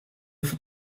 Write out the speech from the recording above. faut